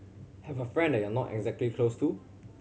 have a friend that you're not exactly close to